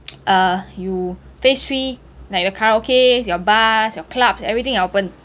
uh you phase three like your karaokes your bars your clubs everything are open